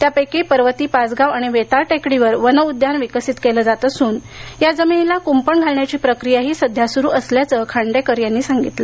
त्यापैकी पर्वती पाचगाव आणि वेताळ टेकडीवर वन उद्यान विकसित केलं जात असून या जमिनीला कुंपण घालण्याची प्रक्रिया सध्या सुरू असल्याचं त्यांनी सांगितलं